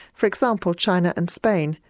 for example, china and spain,